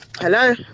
Hello